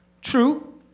True